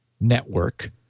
network